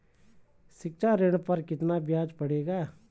शिक्षा ऋण पर कितना ब्याज पड़ेगा?